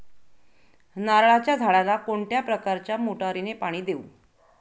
नारळाच्या झाडाला कोणत्या प्रकारच्या मोटारीने पाणी देऊ?